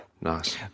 nice